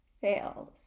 fails